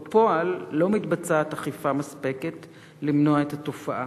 בפועל לא מתבצעת אכיפה מספקת למנוע את התופעה.